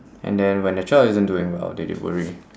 and then when their child isn't doing well then they worry